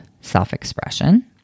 self-expression